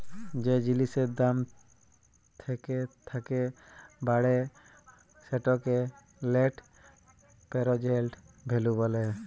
যে জিলিসের দাম থ্যাকে থ্যাকে বাড়ে সেটকে লেট্ পেরজেল্ট ভ্যালু ব্যলে